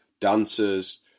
dancers